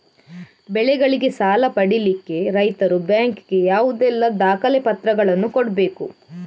ಬೆಳೆಗಳಿಗೆ ಸಾಲ ಪಡಿಲಿಕ್ಕೆ ರೈತರು ಬ್ಯಾಂಕ್ ಗೆ ಯಾವುದೆಲ್ಲ ದಾಖಲೆಪತ್ರಗಳನ್ನು ಕೊಡ್ಬೇಕು?